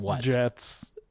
jets